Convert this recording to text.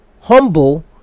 humble